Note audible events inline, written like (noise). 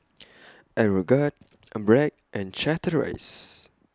(noise) Aeroguard An Bragg and Chateraise